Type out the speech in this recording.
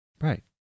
Right